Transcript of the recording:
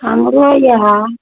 हमरो इएह